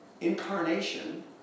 Incarnation